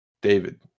David